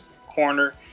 corner